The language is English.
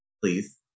please